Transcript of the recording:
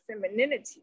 femininity